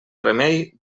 remei